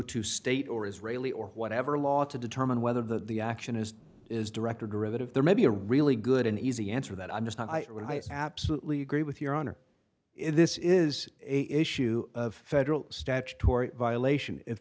to state or israeli or whatever law to determine whether the action is is director derivative there may be a really good an easy answer that i'm just not i absolutely agree with your honor if this is a issue of federal statutory violation if